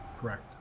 Correct